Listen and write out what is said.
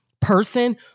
person